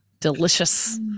delicious